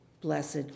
blessed